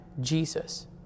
Jesus